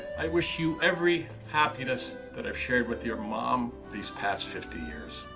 i wish you every happiness that i've shared with your mom these past fifty years.